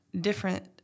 different